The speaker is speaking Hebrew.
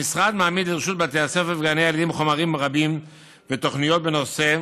המשרד מעמיד לרשות בתי הספר וגני הילדים חומרים רבים ותוכניות בנושא,